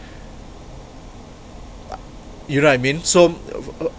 you know what I mean so